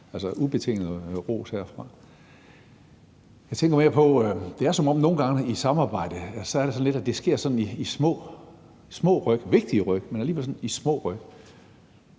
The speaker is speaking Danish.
Så ubetinget ros herfra. Jeg tænker mere på, at det nogle gange i samarbejdet er, som om det sker i små ryk – vigtige, men alligevel små ryk.